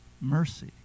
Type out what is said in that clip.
mercy